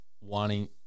wanting